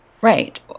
Right